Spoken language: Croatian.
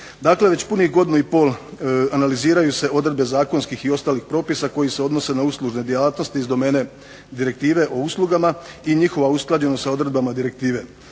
Dakle, već punih godinu i pol analiziraju se odredbe zakonskih i ostalih propisa koji se odnose na uslužne djelatnosti iz domene Direktive o uslugama i njihova usklađenost sa odredbama direktive.